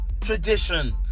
tradition